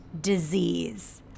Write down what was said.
disease